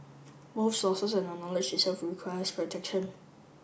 sources and the knowledge itself require protection